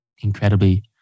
incredibly